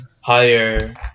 higher